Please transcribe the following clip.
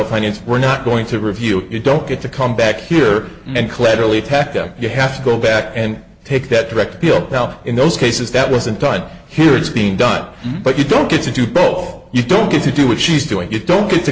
finance we're not going to review you don't get to come back here and collaterally teka you have to go back and take that direct appeal now in those cases that wasn't done here it's being done but you don't get to do bowl you don't get to do what she's doing you don't get to